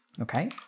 Okay